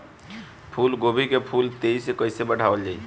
फूल गोभी के फूल तेजी से कइसे बढ़ावल जाई?